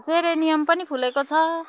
geranium पनि फुलेको छ